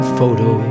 photo